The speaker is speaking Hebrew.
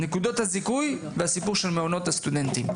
נקודות הזיכוי ומעונות הסטודנטים.